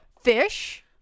fish